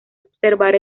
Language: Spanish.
observar